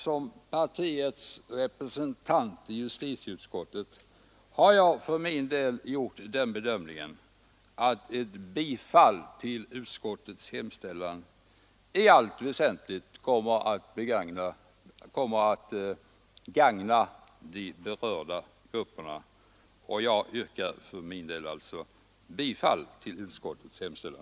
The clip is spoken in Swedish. Som partiets representant i justitieutskottet har jag för min del gjort den bedömningen att ett bifall till utskottets hemställan i allt väsentligt kommer att gagna de berörda grupperna, och jag yrkar för min del alltså bifall till utskottets hemställan.